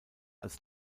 als